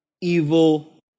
evil